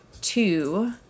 two